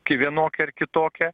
kai vienokia ar kitokia